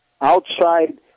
outside